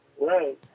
Right